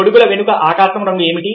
గొడుగుల వెనుక ఆకాశం రంగు ఏమిటి